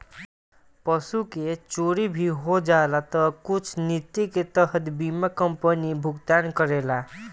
पशु के चोरी भी हो जाला तऽ कुछ निति के तहत बीमा कंपनी भुगतान करेला